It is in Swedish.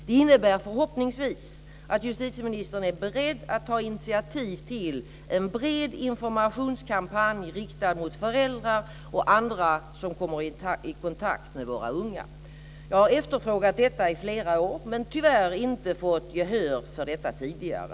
Det innebär förhoppningsvis att justitieministern är beredd att ta initiativ till en bred informationskampanj riktad mot föräldrar och andra som kommer i kontakt med våra unga. Jag har efterfrågat detta i flera år, men tyvärr inte fått gehör för det tidigare.